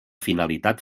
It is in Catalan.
finalitat